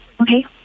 Okay